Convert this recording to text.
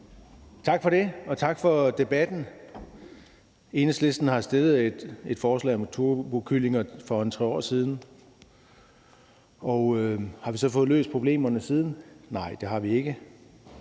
Tak for det, og tak for debatten. Enhedslisten fremsatte for en tre års tid siden et forslag om turbokyllinger. Har vi så fået løst problemerne siden? Nej, det har vi ikke.